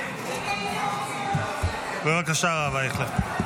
תודה רבה.